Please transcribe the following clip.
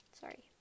sorry